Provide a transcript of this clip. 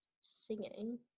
singing